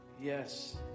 Yes